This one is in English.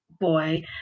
boy